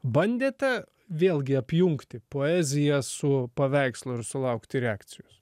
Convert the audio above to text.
bandėte vėlgi apjungti poeziją su paveikslu ir sulaukti reakcijos